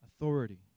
authority